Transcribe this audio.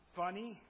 funny